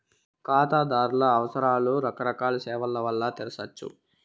కాతాదార్ల అవసరాలు రకరకాల సేవల్ల వల్ల తెర్సొచ్చు